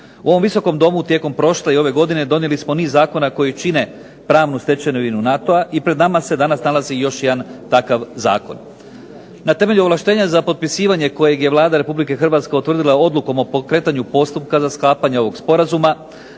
U ovom Visokom domu tijekom prošle i ove godine donijeli smo niz zakona koji čine pravnu stečevinu NATO-a i pred nama se danas nalazi još jedan takav zakon. Na temelju ovlaštenja za potpisivanje kojeg je Vlada Republike Hrvatske utvrdila odlukom o pokretanju postupka za sklapanje ovog sporazuma